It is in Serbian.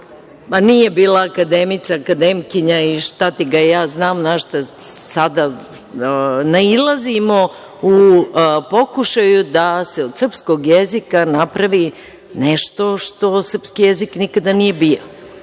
nije bila akademica, akademkinja i šta ti ga ja znam na šta sada nailazimo u pokušaju da se od srpskog jezika napravi nešto što srpski jezik nikada nije bio. Mi